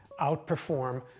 outperform